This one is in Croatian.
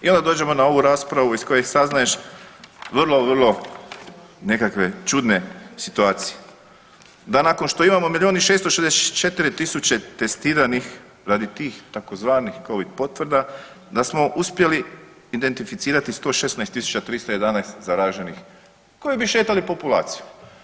I onda dođemo na ovu raspravu iz koje saznaješ vrlo, vrlo nekakve čudne situacije, da nakon što imamo milijun i 644000 testiranih radi tih tzv. covid potvrda da smo uspjeli identificirati 116311 zaraženih koji bi šetali populaciju.